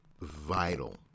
vital